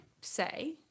say